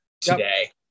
today